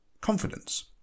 confidence